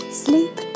sleep